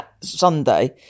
Sunday